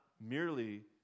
merely